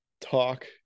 talk